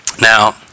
Now